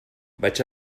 vaig